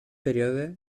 període